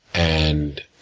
and